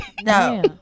No